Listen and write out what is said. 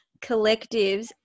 collectives